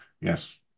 yes